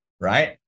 right